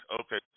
okay